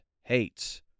hates